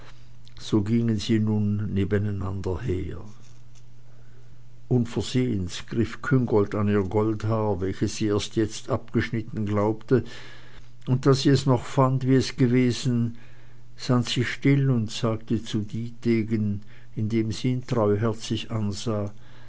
so gingen sie nun nebeneinander hin unversehens griff küngolt an ihr goldhaar welches sie erst jetzt abgeschnitten glaubte und da sie es noch fand wie es gewesen stand sie still und sagte zu dietegen indem sie ihn treuherzig ansah